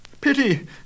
Pity